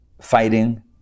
fighting